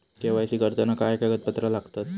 KYC करताना काय कागदपत्रा लागतत?